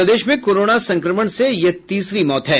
प्रदेश में कोरोना संक्रमण से यह तीसरी मौत है